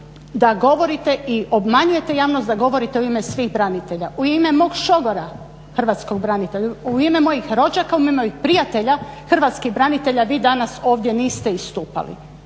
da govorite i obmanjujete javnost da govorite u ime svih branitelja, u ime mog šogora hrvatskog branitelja, u ime mojih rođaka, u ime mojih prijatelja hrvatskih branitelja vi danas ovdje niste istupali